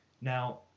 now